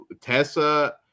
Tessa